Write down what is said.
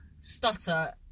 stutter